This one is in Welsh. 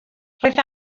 roedd